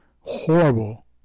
horrible